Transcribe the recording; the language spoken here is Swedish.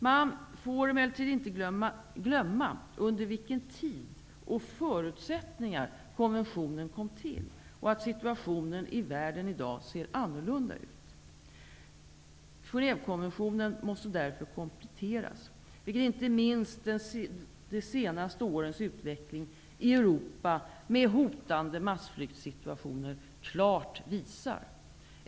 Man får emellertid inte glömma under vilken tid och under vilka förutsättningar konventionen kom till och att situationen i världen i dag ser annorlunda ut. Genèvekonventionen måste därför kompletteras, vilket inte minst de senaste årens utveckling i Europa med hotande massflyktssituationer klart visar.